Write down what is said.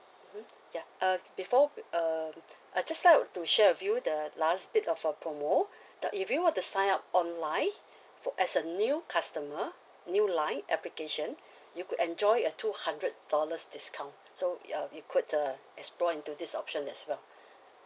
mmhmm ya uh before err I just like to share with you the last bit of our promo now if you were to sign up online for as a new customer new line application you could enjoy a two hundred dollars discount so uh you could uh explore into this option as well